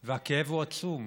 והכאב הוא עצום.